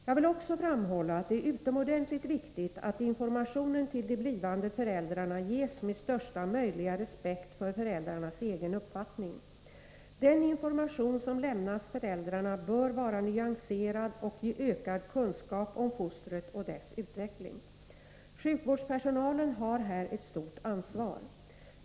Jag vill också framhålla att det är utomordentligt viktigt att informationen till de blivande föräldrarna ges med största möjliga respekt för föräldrarnas egen uppfattning. Den information som lämnas föräldrarna bör vara nyanserad och ge ökad kunskap om fostret och dess utveckling. Sjukvårdspersonalen har här ett stort ansvar.